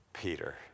Peter